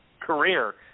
career